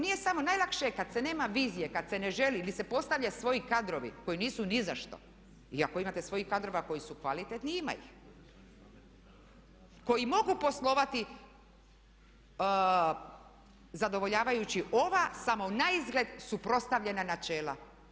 Nije samo, najlakše je kad se nema vizije, kad se ne želi ili se postavljaju svoji kadrovi koji nisu ni za što, iako imate svojih kadrova koji su kvalitetni ima ih, koji mogu poslovati zadovoljavajući ova samo naizgled suprotstavljena načela.